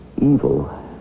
evil